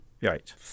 Right